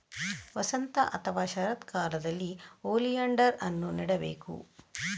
ವಸಂತ ಅಥವಾ ಶರತ್ಕಾಲದಲ್ಲಿ ಓಲಿಯಾಂಡರ್ ಅನ್ನು ನೆಡಬೇಕು